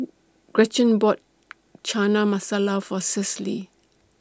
Gretchen bought Chana Masala For Cecily